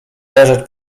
leżeć